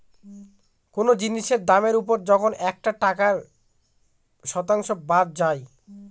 কোনো জিনিসের দামের ওপর যখন একটা টাকার শতাংশ বাদ যায়